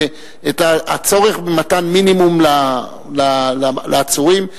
הצורך במתן מינימום לעצורים,